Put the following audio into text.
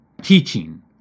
teaching